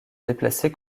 déplacer